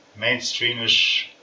mainstreamish